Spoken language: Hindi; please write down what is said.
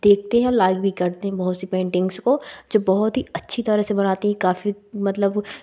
देखते हैं और लाइव भी करते हैं बहुत सी पेंटिंग्स को जो बहुत ही अच्छी तरह से बनाती हूँ काफ़ी मतलब